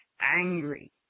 angry